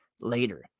later